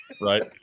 right